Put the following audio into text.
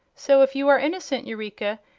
so, if you are innocent, eureka,